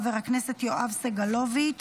חבר הכנסת יואב סגלוביץ'